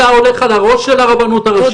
אתה הולך על הראש של הרבנות הראשית.